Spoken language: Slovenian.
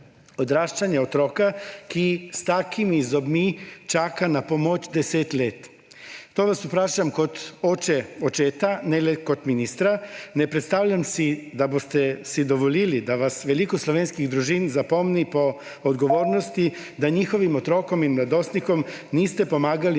odraščanje otroka, ki s takimi zobmi čaka na pomoč deset let? To vas vprašam kot oče očeta, ne le kot ministra. Ne predstavljam si, da si boste dovolili, da se vas bo veliko slovenskih družin zapomnilo po odgovornosti, da njihovim otrokom in mladostnikom niste med